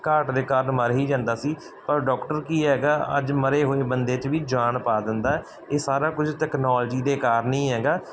ਘਾਟ ਦੇ ਕਾਰਨ ਮਰ ਹੀ ਜਾਂਦਾ ਸੀ ਪਰ ਡਾਕਟਰ ਕੀ ਹੈਗਾ ਅੱਜ ਮਰੇ ਹੋਏ ਬੰਦੇ 'ਚ ਵੀ ਜਾਨ ਪਾ ਦਿੰਦਾ ਇਹ ਸਾਰਾ ਕੁਝ ਤੈਕਨੋਲਜੀ ਦੇ ਕਾਰਨ ਹੀ ਹੈਗਾ